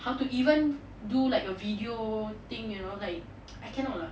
how to even do like a video thing you know like I cannot lah